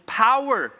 power